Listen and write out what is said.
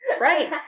Right